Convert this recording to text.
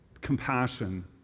Compassion